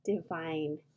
divine